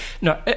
no